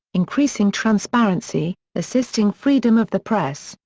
increasing transparency, assisting freedom of the press,